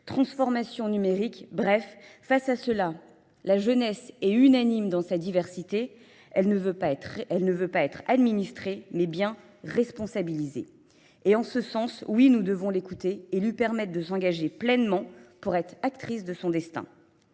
transformation numérique. Bref, face à cela, la jeunesse est unanime dans sa diversité. Elle ne veut pas être administrée, mais bien responsabilisée. Et en ce sens, oui, nous devons l'écouter et lui permettre de s'engager pleinement pour être actrice de son destin.